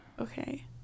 Okay